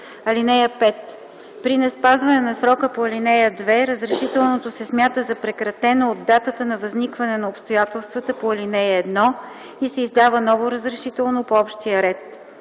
6 и 7: „(5) При неспазване на срока по ал. 2 разрешителното се смята за прекратено от датата на възникване на обстоятелствата по ал. 1 и се издава ново разрешително по общия ред.